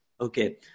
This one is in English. Okay